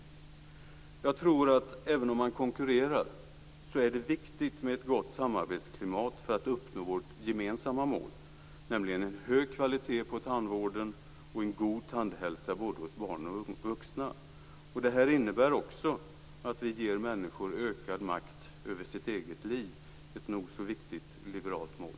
Jag tror att det, även om man konkurrerar, är viktigt med ett gott samarbetsklimat för att uppnå vårt gemensamma mål, nämligen en hög kvalitet på tandvården och en god tandhälsa både hos barn och hos vuxna. Det här innebär också att vi ger människor ökad makt över sitt eget liv, ett nog så viktigt liberalt mål.